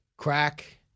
crack